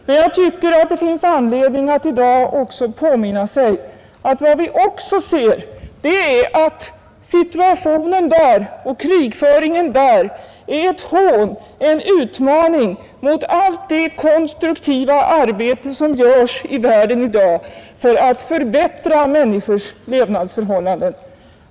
Men det finns anledning att i dag också påminna sig, att vad vi ser är en situation och en krigföring, som är ett hån och en utmaning mot allt det konstruktiva arbete som görs i världen i dag för att förbättra människors levnadsförhållanden.